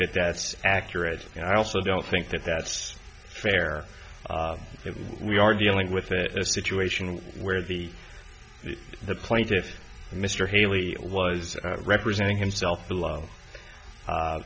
that that's accurate and i also don't think that that's fair if we are dealing with a situation where the the plaintiffs mr haley was representing himself